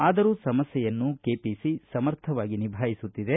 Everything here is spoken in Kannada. ಆದರೂ ಸಮಸ್ಯೆಯನ್ನು ಕೆಪಿಸಿ ಸಮಸ್ಯೆ ಸಮರ್ಥವಾಗಿ ನಿಭಾಯಿಸುತ್ತಿದೆ